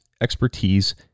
expertise